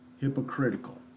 hypocritical